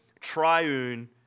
triune